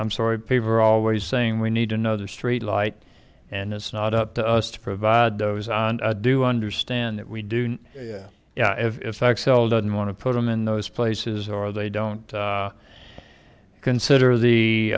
i'm sorry paver always saying we need another street light and it's not up to us to provide those i do understand that we do yeah yeah if x l doesn't want to put them in those places or they don't consider the